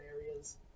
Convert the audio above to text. areas